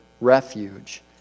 refuge